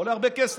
זה עולה הרבה כסף.